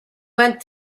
went